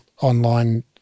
online